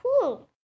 Cool